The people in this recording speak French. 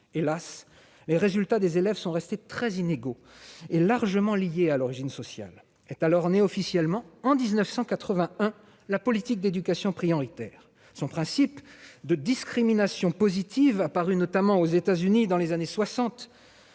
Las, les résultats des élèves sont restés très inégaux et largement liés à l'origine sociale. Est alors née officiellement, en 1981, la politique d'éducation prioritaire. Son principe, la discrimination positive, apparue notamment aux États-Unis dans les années 1960,